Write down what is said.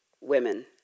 women